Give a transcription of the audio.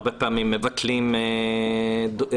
הרבה פעמים מבטלים תורים,